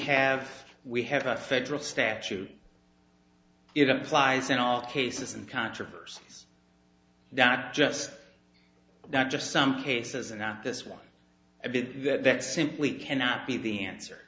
have we have a federal statute it applies in all cases and controversies not just not just some cases and not this one that simply cannot be the answer